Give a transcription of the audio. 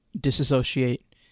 disassociate